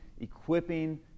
equipping